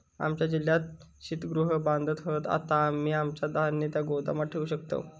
आमच्या जिल्ह्यात शीतगृह बांधत हत, आता आम्ही आमचा धान्य त्या गोदामात ठेवू शकतव